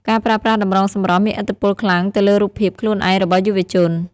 ការប្រើប្រាស់តម្រងសម្រស់មានឥទ្ធិពលខ្លាំងទៅលើរូបភាពខ្លួនឯងរបស់យុវជន។